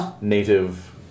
native